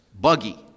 buggy